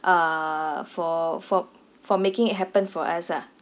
uh for for for making it happen for us ah